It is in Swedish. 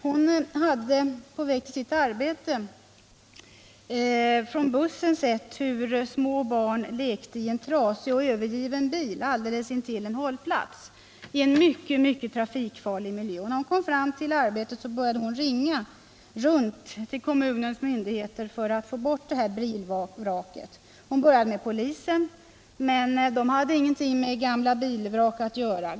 Hon hade på väg till sitt arbete från bussen sett hur små barn lekte i en trasig och övergiven bil alldeles intill en hållplats i en mycket trafikfarlig miljö. När hon kom fram till arbetet började hon ringa runt till kommunens myndigheter för att få bort bilvraket. Hon började med polisen men den hade ingenting med gamla bilvrak att göra.